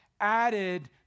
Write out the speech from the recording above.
added